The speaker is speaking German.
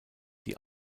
die